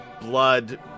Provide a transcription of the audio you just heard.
blood